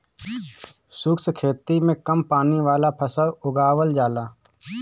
शुष्क खेती में कम पानी वाला फसल उगावल जाला